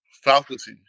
faculty